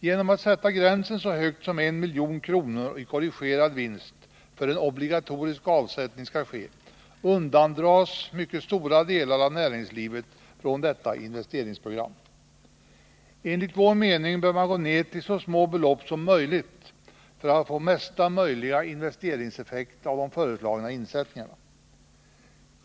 Genom att man sätter gränsen så högt som vid 1 milj.kr. i korrigerad vinst för att obligatorisk avsättning skall ske undandras mycket stora delar av näringslivet från detta investeringsprogram. Enligt vår mening bör man gå ned till så små belopp som möjligt för att få bästa möjliga investeringseffekt av de föreslagna insättningarna.